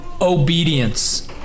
obedience